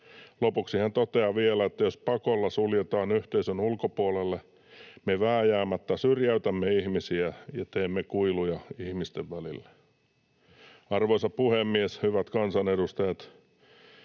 Lopuksi hän toteaa vielä, että jos pakolla suljetaan yhteisön ulkopuolelle, me vääjäämättä syrjäytämme ihmisiä ja teemme kuiluja ihmisten välille. Arvoisa puhemies! Hyvät kansanedustajat!